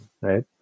right